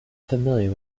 familiar